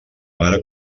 mare